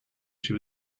she